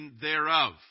thereof